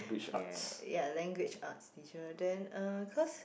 ya ya language arts then uh cause